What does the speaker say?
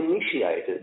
initiated